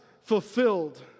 fulfilled